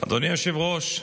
אדוני היושב-ראש,